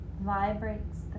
vibrates